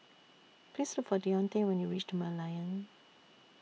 Please Look For Dionte when YOU REACH The Merlion